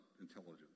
intelligence